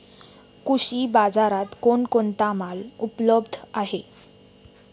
कृषी बाजारात कोण कोणता माल उपलब्ध आहे?